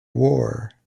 war